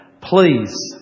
Please